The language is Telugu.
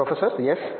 professor S